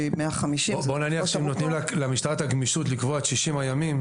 שהיא 150. בואו נניח שאם נותנים למשטרה גמישות לקבוע את 60 הימים,